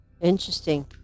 Interesting